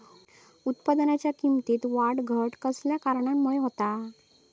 उत्पादनाच्या किमतीत वाढ घट खयल्या कारणामुळे होता?